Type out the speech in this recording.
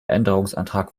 änderungsantrag